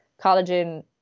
collagen